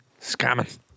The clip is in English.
Scamming